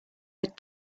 had